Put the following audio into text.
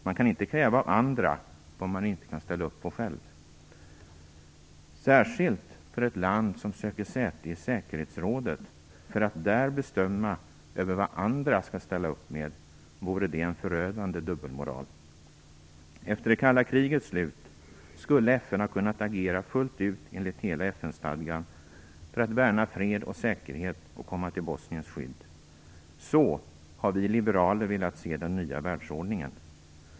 Man kan inte kräva av andra vad man inte kan ställa upp på själv. Särskilt för ett land som söker säte i säkerhetsrådet, för att där bestämma över vad andra skall ställa upp med, vore det en förödande dubbelmoral. Efter det kalla krigets slut skulle FN ha kunnat agera fullt ut enligt hela FN-stadgan för att värna fred och säkerhet och komma till Bosniens skydd. Så har vi liberaler velat se den nya världsordningen.